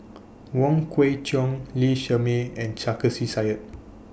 Wong Kwei Cheong Lee Shermay and Sarkasi Said